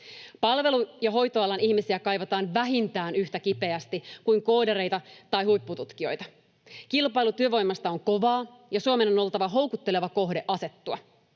Palvelu- ja hoitoalan ihmisiä kaivataan vähintään yhtä kipeästi kuin koodareita tai huippututkijoita. Kilpailu työvoimasta on kovaa, ja Suomen on oltava houkutteleva kohde asettua,